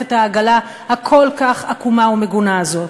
את העגלה הכל-כך עקומה ומגונה הזאת.